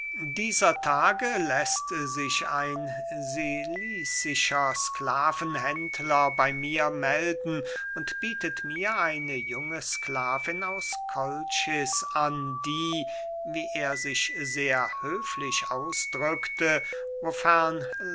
dieser tage läßt sich ein cilicischer sklavenhändler bey mir melden und bietet mir eine junge sklavin aus kolchis an die wie er sich sehr höflich ausdrückte